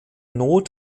not